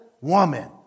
woman